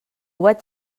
vaig